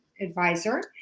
advisor